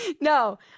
No